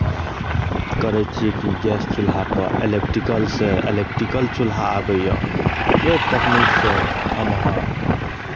करै छियै कि गैस चूल्हापर इलैक्ट्रिकलसँ इलैक्ट्रिकल चूल्हा आबैए ओहि टेकनीकसँ हम अहाँ